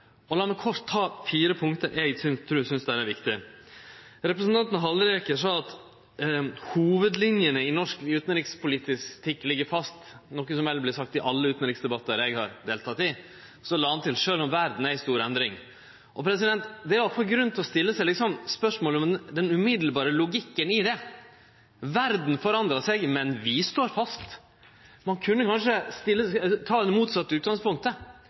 og vilje til å utvikle han. La meg kort ta fire punkt som eg synest er viktige. Representanten Halleraker sa at hovudlinjene i norsk utanrikspolitikk ligg fast, noko som har vore sagt i alle utanrikspolitiske debattar eg har delteke i. Så la han til: sjølv om verda er i stor endring. Det er i alle fall grunn til å stille seg spørsmål om logikken i det: Verda forandrar seg, men vi står fast. Ein kunne kanskje ta det motsette utgangspunktet: